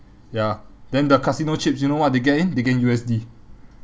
ya then the casino chips you know what they get in they get in U_S_D